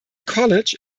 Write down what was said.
college